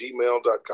gmail.com